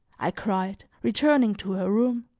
i cried, returning to her room,